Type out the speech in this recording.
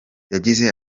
yagize